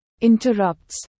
interrupts